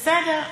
בסדר.